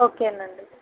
okay అండి